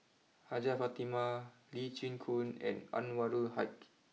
Hajjah Fatimah Lee Chin Koon and Anwarul Haque